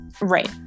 Right